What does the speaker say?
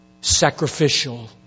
sacrificial